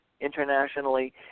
internationally